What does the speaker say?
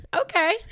Okay